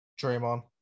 Draymond